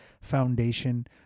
Foundation